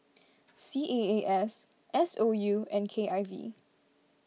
C A A S S O U and K I V